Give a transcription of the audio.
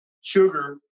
sugar